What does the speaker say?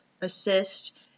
assist